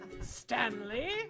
Stanley